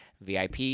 VIP